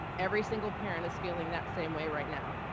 every single parent is feeling that same way right now.